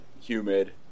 humid